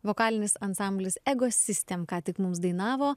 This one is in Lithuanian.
vokalinis ansamblis egosistem ką tik mums dainavo